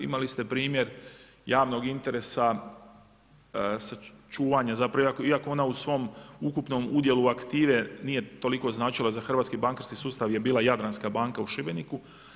Imali ste primjer javnog interesa čuvanje, zapravo iako ona u svom ukupnom udjelu aktive nije toliko značila za hrvatski bankarski sustav je bila Jadranska banka u Šibeniku.